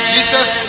Jesus